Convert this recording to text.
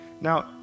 Now